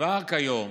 כבר כיום